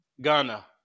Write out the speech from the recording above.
ghana